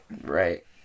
Right